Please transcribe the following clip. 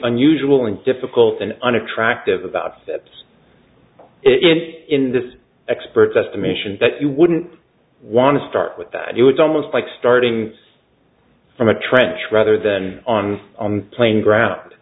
unusual and difficult and unattractive about steps if in this expert's estimation that you wouldn't want to start with that it was almost like starting from a trench rather than on on plain gr